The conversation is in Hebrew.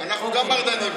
אנחנו גם מרדנים.